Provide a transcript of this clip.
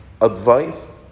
advice